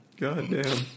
Goddamn